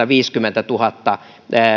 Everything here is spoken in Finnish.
viisikymmentätuhatta